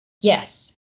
Yes